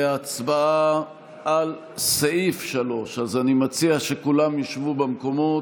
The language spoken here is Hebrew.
אנחנו נעבור להצבעה על סעיף 3. אני מציע שכולם ישבו במקומות,